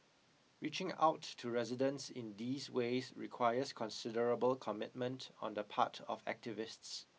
reaching out to residents in these ways requires considerable commitment on the part of activists